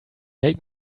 make